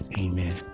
Amen